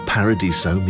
Paradiso